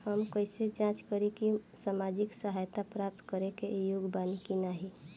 हम कइसे जांच करब कि सामाजिक सहायता प्राप्त करे के योग्य बानी की नाहीं?